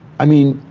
i mean,